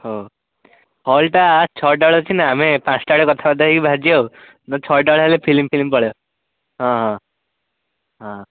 ହଉ ହଲ୍ଟା ଛଅଟା ବେଳେ ଅଛି ନା ଆମେ ପାଞ୍ଚଟା ବେଳେ କଥାବାର୍ତ୍ତା ହେଇକି ବାହାରି ଯିବା ଆଉ ଛଅଟା ବେଳେ ହେଲେ ଫିଲ୍ମ ଫିଲ୍ମ ପଳାଇବ ହଁ ହଁ ହଁ